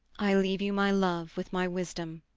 i leave you my love with my wisdom.